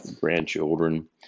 grandchildren